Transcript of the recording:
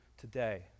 today